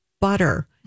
butter